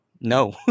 no